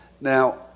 Now